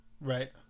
Right